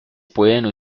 puede